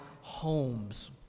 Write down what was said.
homes